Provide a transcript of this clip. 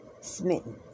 smitten